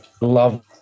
Love